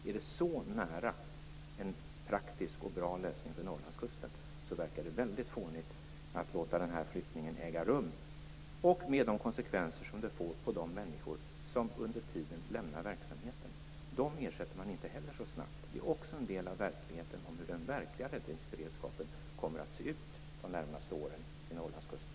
Är det så nära en praktisk och bra lösning för Norrlandskusten verkar det väldigt fånigt att låta flyttningen äga rum, med tanke på de konsekvenser som det får för de människor som under tiden lämnar verksamheten. Dem ersätter man inte heller så snabbt. Det är också en del av verkligheten. Det gäller hur den verkliga räddningsberedskapen kommer att se ut de närmaste åren vid Norrlandskusten.